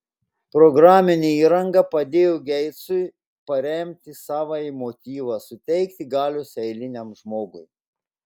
programinė įranga padėjo geitsui paremti savąjį motyvą suteikti galios eiliniam žmogui